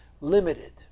limited